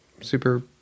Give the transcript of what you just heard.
super